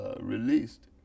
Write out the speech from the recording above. released